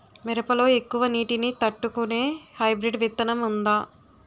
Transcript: మిరప లో ఎక్కువ నీటి ని తట్టుకునే హైబ్రిడ్ విత్తనం వుందా?